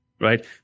right